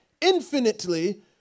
infinitely